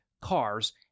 cars